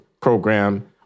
program